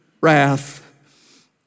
wrath